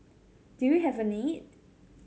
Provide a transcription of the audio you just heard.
do you have a need